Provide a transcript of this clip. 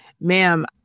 ma'am